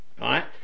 right